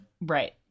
Right